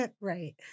Right